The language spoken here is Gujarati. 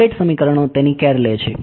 અપડેટ સમીકરણો તેની કેર લે છે